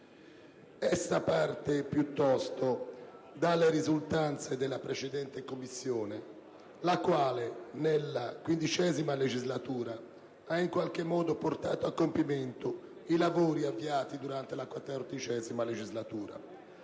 Essa parte piuttosto dalle risultanze della precedente Commissione la quale, nella XV legislatura, ha in qualche modo portato a compimento i lavori avviati durante la XIV legislatura